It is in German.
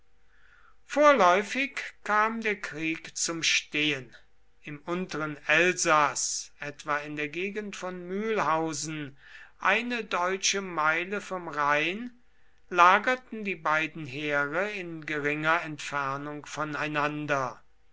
vorläufig kam der krieg zum stehen im unteren elsaß etwa in der gegend von mülhausen eine deutsche meile vom rhein lagerten die beiden heere in geringer entfernung voneinander